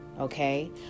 okay